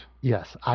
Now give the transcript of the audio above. Yes